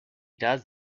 does